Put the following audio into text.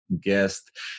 guest